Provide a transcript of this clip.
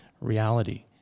reality